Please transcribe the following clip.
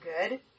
good